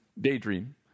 daydream